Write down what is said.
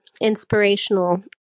inspirational